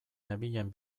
nenbilen